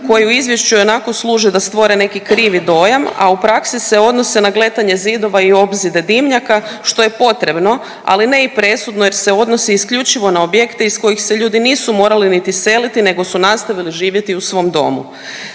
koji u izvješću ionako službe da stvore neki krivi dojam, a u praksi se odnose na gletanje zidova i obzide dimnjaka što je potrebno, ali ne i presudno jer se odnosi isključivo na objekte iz kojih se ljudi nisu morali niti seliti nego su nastavili živjeti u svom domu.